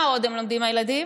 מה עוד לומדים הילדים?